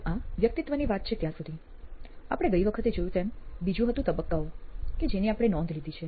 તો આ વ્યક્તિતવની વાત છે ત્યાં સુધી આપણે ગઈ વખતે જોયું તેમ બીજું હતું તબક્કાઓ કે જેની આપણે નોંધ લીધી છે